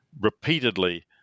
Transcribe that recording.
repeatedly